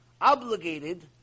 obligated